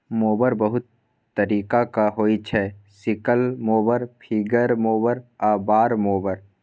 mower बहुत तरीकाक होइ छै सिकल मोबर, फिंगर मोबर आ बार मोबर